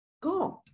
God